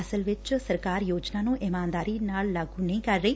ਅਸਲ ਵਿਚ ਸਰਕਾਰ ਯੋਜਨਾ ਨੂੰ ਇਮਾਨਦਾਰੀ ਨਾਲ ਲਾਗੁ ਨਹੀਂ ਕਰ ਰਹੀ